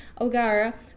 O'Gara